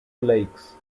lakes